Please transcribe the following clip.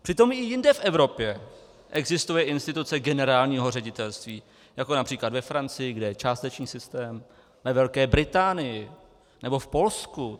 Přitom i jinde v Evropě existuje instituce generálního ředitelství, jako například ve Francii, kde je částečný systém, ve Velké Británii nebo v Polsku.